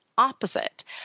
Opposite